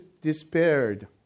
despaired